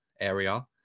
area